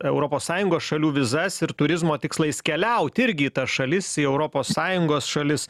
europos sąjungos šalių vizas ir turizmo tikslais keliauti irgi į tas šalis į europos sąjungos šalis